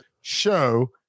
show